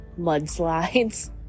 mudslides